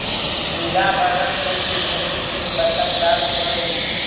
मृदा अपरदन से भी भूमि की गुणवत्ता खराब होव हई